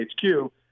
HQ